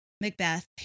Macbeth